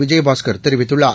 விஜயபாஸ்கர் தெரிவித்துள்ளார்